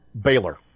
Baylor